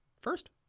first